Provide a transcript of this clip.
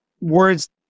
words